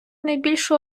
найбільшу